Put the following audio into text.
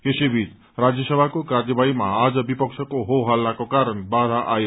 यसेबीच राज्यसभाको कार्यवाळीमा आज विपक्षको हो हल्लाको कारण बाया आयो